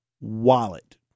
wallet